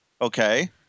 Okay